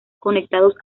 conectados